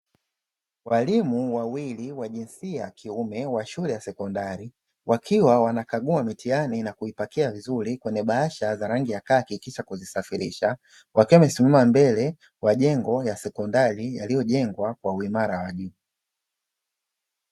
Walimu wawili wa jinsia ya kiume wa shule ya sekondari, wakiwa wanakagua mitihani na kuipakia vizuri kwenye bahasha za rangi ya kaki kisha kuzisafirisha, wakiwa yamesimama mbele majengo ya serikali yaliyojengwa kwa uimara wa juu.